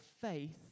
faith